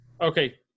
okay